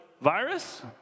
virus